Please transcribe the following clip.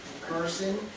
person